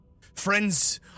Friends